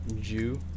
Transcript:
Jew